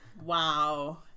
Wow